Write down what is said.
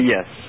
Yes